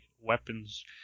weapons